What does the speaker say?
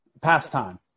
pastime